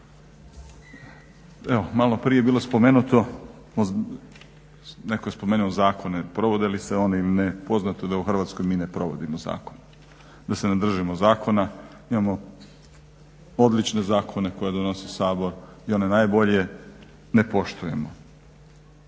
Evo malo prije je bilo spomenuto, netko je spomenuo zakone, provode li se oni ili ne, poznato je da u Hrvatskoj mi ne provodimo zakone, da se ne držimo zakona. Imamo odlične zakone koje donosi Sabor i one najbolje ne poštujemo.